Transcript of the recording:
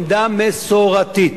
עמדה מסורתית,